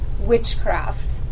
witchcraft